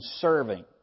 serving